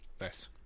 Nice